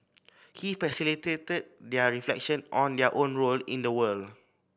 he facilitated their reflection on their own role in the world